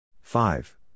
Five